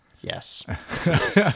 Yes